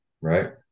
right